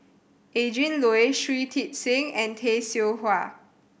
Adrin Loi Shui Tit Sing and Tay Seow Huah